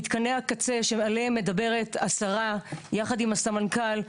מתקני הקצה שעליהם מדברת עשרה יחד עם המנכ"ל,